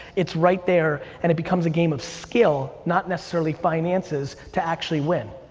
it's right there and it becomes a game of skill, not necessarily finances, to actually win.